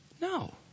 no